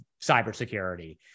cybersecurity